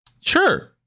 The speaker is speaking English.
Sure